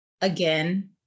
again